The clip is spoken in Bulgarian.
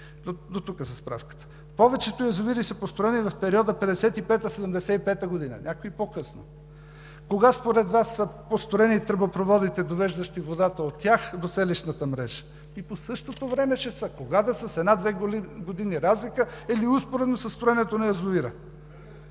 Дотук със справката. Повечето язовири са построени в периода 1955 – 1975 г., а някои по-късно. Кога според Вас са построени тръбопроводите, довеждащи водата от тях до селищната мрежа? Ами по същото време ще са, кога да са – с една-две години разлика или успоредно със строенето на язовира.